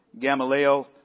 Gamaliel